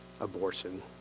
abortion